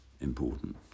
important